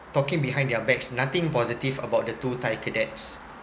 talking behind their backs nothing positive about the two thai cadets